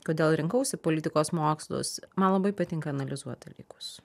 kodėl rinkausi politikos mokslus man labai patinka analizuot dalykus